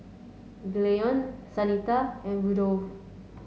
Gaylon Shanita and Rudolfo